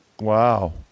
Wow